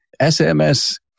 SMS